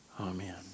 Amen